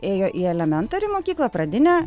ėjo į elementari mokyklą pradinę